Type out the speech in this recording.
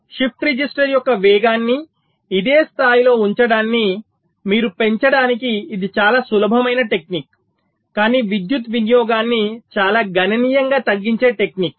shift register యొక్క వేగాన్ని ఇదే స్థాయిలో ఉంచడాన్ని మీరు పెంచడానికి ఇది చాలా సులభమైన టెక్నిక్ కానీ విద్యుత్ వినియోగాన్ని చాలా గణనీయంగా తగ్గించే టెక్నిక్